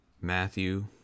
Matthew